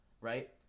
right